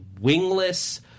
wingless